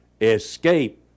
Escape